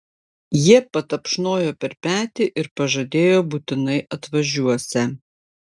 jie patapšnojo per petį ir pažadėjo būtinai atvažiuosią